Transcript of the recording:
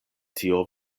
tio